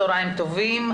צהריים טובים,